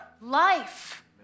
life